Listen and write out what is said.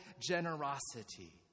generosity